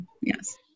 yes